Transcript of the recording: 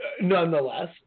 nonetheless